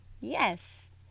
Yes